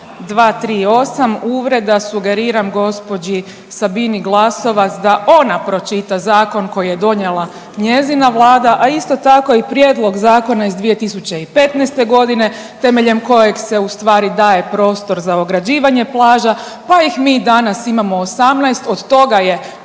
uvreda sugeriram gospođi Sabini Glasovac da ona pročita zakon koji je donijela njezina vlada, a isto tako i prijedlog zakona iz 2015. godine temeljem kojeg se ustvari daje prostor za ograđivanje plaža, pa ih mi danas imamo 18 od toga je 5